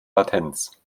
latenz